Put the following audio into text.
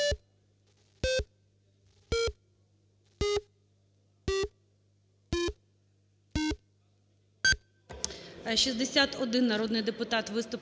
61 народний депутат виступили